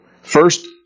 First